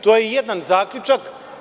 To je jedan zaključak.